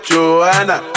Joanna